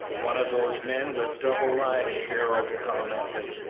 one of those men with double lives, darrell commented.